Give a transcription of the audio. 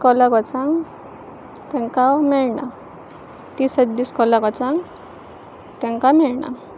इस्कॉलाक वचांक तेंकां मेळना तीं सदींच इस्कॉलाक वचांक तेंकां मेळना